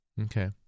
Okay